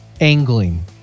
angling